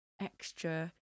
extra